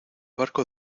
barco